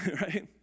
Right